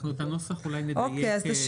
אולי את הנוסח נדייק לאחר מכן.